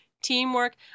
teamwork